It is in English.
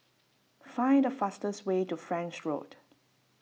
find the fastest way to French Road